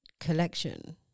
collection